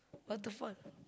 waterfall